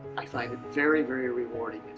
i find it very very rewarding.